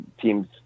teams